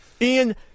Ian